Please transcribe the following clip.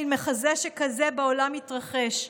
/ מין מחזה שכזה בעולם יתרחש.